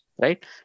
right